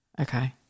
Okay